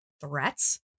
threats